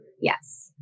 Yes